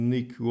Nick